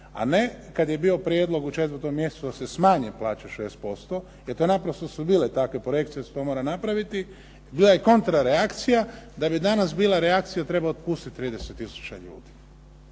a ne kad je bio prijedlog u 4. mjesecu da se smanje plaće 6% jer to naprosto su bile takve projekcije da se to mora napraviti, bila je kontra reakcija, da bi danas bila reakcija treba otpustit 30 tisuća ljudi.